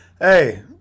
Hey